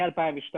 מ-2002,